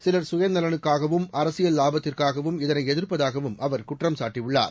சிவர் சுயநலனுக்காகவும் அரசியல் லாபத்திற்காகவும் இதனை எதிர்ப்பதாகவும் அவர் சுகுற்றம் சாட்டியுள்ளார்